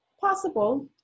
possible